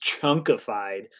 chunkified